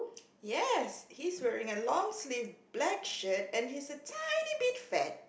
yes he's wearing a long sleeve black shirt and he's a tiny bit fat